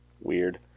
Weird